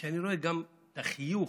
כשאני רואה גם את החיוך,